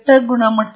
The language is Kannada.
ಓದುವಿಕೆಯನ್ನು ಗಮನಿಸಿ